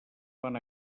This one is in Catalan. van